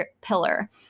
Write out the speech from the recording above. pillar